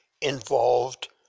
involved